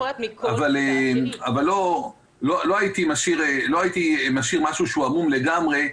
אבל לא הייתי משאיר משהו עמום לגמרי,